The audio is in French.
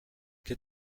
qu’a